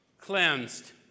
cleansed